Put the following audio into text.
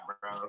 bro